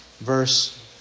verse